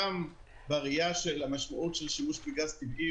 גם בראייה של המשמעות של שימוש בגז טבעי